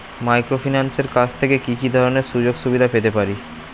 মাইক্রোফিন্যান্সের কাছ থেকে কি কি ধরনের সুযোগসুবিধা পেতে পারি?